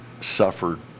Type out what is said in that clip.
suffered